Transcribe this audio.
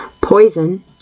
Poison